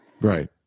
Right